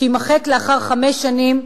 שיימחק לאחר חמש שנים,